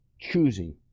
choosing